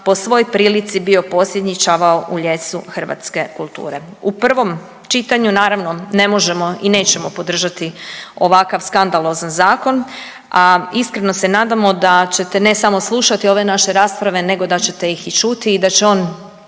po svojoj prilici bio posljednji čavao u lijesu hrvatske kulture. U prvom čitanju naravno ne možemo i nećemo podržati ovakav skandalozan zakon, a iskreno se nadamo da ćete ne samo slušati ove naše rasprave nego da ćete ih i čuti i da će on